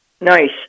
Nice